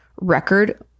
record